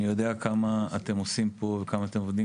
אני יודע כמה אתם עושים פה וכמה אתם עובדים